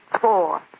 Four